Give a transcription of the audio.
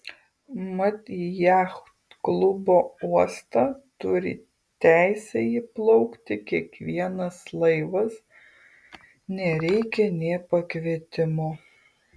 mat į jachtklubo uostą turi teisę įplaukti kiekvienas laivas nereikia nė pakvietimo